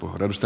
puhemies